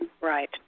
Right